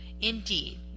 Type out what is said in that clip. indeed